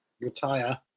Retire